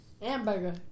Hamburger